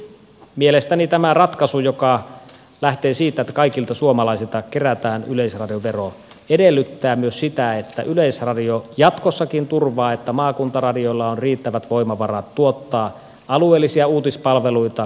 mielestäni tämä ratkaisu joka lähtee siitä että kaikilta suomalaisilta kerätään yleisradiovero edellyttää myös sitä että yleisradio jatkossakin turvaa että maakuntaradioilla on riittävät voimavarat tuottaa alueellisia uutispalveluita